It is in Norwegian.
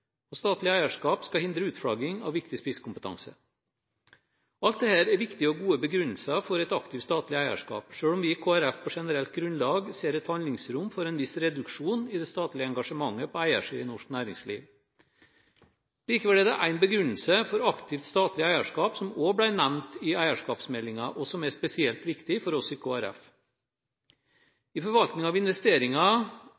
ledelse. Statlig eierskap skal hindre utflagging av viktig spisskompetanse. Alt dette er viktige og gode begrunnelser for et aktivt statlig eierskap, selv om vi i Kristelig Folkeparti på generelt grunnlag ser et handlingsrom for en viss reduksjon i det statlige engasjementet på eiersiden i norsk næringsliv. Likevel er det én begrunnelse for aktivt statlig eierskap, som også ble nevnt i eierskapsmeldingen, som er spesielt viktig for oss i